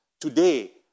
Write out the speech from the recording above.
Today